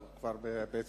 או אנחנו כבר בעיצומה,